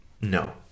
No